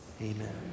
Amen